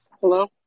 Hello